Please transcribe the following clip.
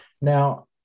now